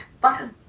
button